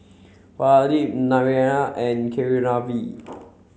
Pradip Naraina and Keeravani